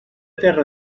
terra